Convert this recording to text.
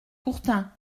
courtin